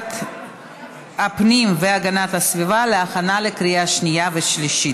בוועדת הפנים והגנת הסביבה להכנה לקריאה שנייה ושלישית.